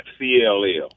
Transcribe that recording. CLL